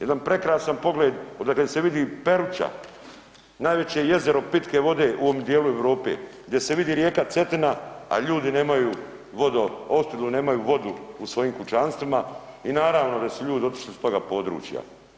Jedan prekrasan pogled odakle se vidi Peruča, najveće jezero pitke vode u ovome dijelu Europe, gdje se vidi rijeka Cetina, a ljudi nemaju vodoopskrbu, nemaju vodu u svojim kućanstvima i naravno da su ljudi otišli s toga područja.